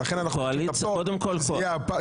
ולכן אנחנו מבקשים את הפטור,